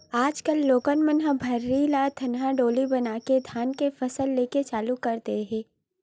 आज कल लोगन ह भर्री ल धनहा डोली बनाके धान के फसल लेके चालू कर दे हे